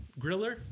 griller